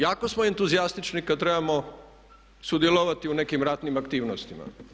Jako smo entuzijastični kada trebamo sudjelovati u nekim ratnim aktivnostima.